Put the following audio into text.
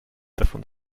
davon